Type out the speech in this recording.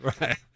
Right